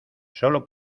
sólo